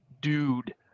dude